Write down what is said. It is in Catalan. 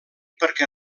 perquè